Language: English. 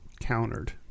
countered